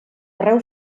arreu